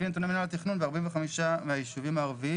לפי נתוני מינהל התכנון ב-45 מהישובים הערביים